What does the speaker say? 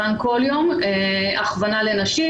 הכוונה לנשים.